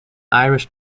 irish